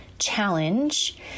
challenge